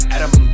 Adam